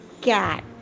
cat